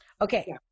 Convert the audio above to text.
Okay